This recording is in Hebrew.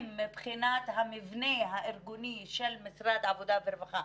מבחינת המבנה הארגוני של משרד העבודה והרווחה,